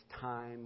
time